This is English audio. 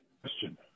question